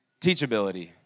teachability